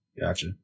Gotcha